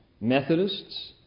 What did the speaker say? Methodists